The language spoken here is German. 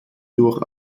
durch